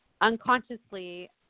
unconsciously